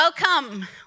Welcome